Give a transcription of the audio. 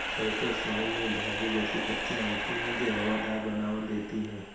Cyprus vine में धागे जैसी पत्तियां होती हैं जो हवादार बनावट देती हैं